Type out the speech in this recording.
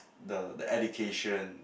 the the education